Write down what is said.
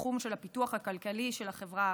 בתחום של הפיתוח הכלכלי של החברה הערבית.